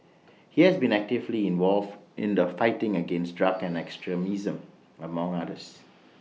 he has been actively involved in the fight against drugs and extremism among others